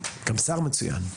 גם שר מצוין.